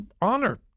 honor